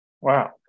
Wow